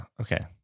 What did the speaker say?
Okay